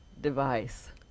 device